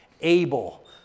able